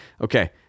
Okay